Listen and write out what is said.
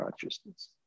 consciousness